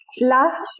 Last